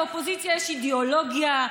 באופוזיציה יש אידיאולוגיה,